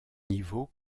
niveau